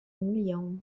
اليوم